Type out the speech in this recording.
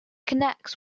connects